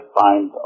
find